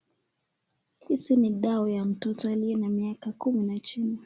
Hizi ni dawa ya mtoto aliye na miaka kumi na jini.